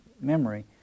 memory